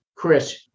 Chris